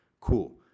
cool